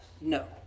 no